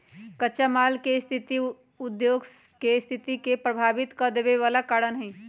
कच्चा माल के कमी उद्योग के सस्थिति के प्रभावित कदेवे बला कारण हई